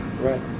right